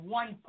one